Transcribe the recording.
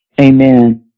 Amen